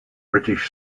british